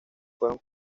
fueron